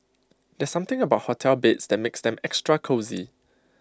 there's something about hotel beds that makes them extra cosy